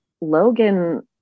Logan